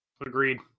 Agreed